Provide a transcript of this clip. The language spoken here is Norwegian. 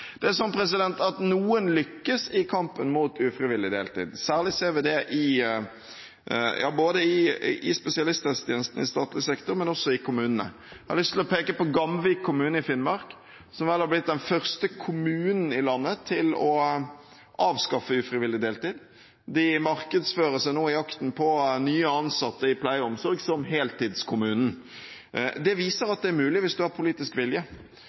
Noen lykkes i kampen mot ufrivillig deltid. Særlig ser vi det i spesialisthelsetjenesten i statlig sektor, men også i kommunene. Jeg har lyst til å peke på Gamvik kommune i Finnmark, som vel har blitt den første kommunen i landet til å avskaffe ufrivillig deltid. De markedsfører seg nå – i jakten på nye ansatte i pleie og omsorg – som heltidskommunen. Det viser at det er mulig hvis en har politisk vilje.